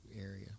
area